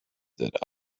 that